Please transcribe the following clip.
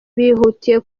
bihutiye